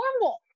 normal